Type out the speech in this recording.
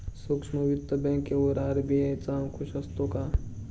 सूक्ष्म वित्त बँकेवर आर.बी.आय चा अंकुश असतो का?